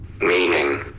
Meaning